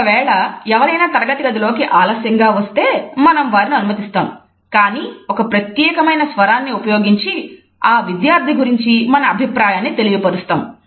ఒకవేళ ఎవరైనా తరగతి గదిలోకి ఆలస్యంగా వస్తే మనం వారిని అనుమతిస్తాం కానీ ఒక ప్రత్యేకమైన స్వరాన్ని ఉపయోగించి ఆ విద్యార్థి గురించి మన అభిప్రాయాన్ని తెలియపరుస్తాం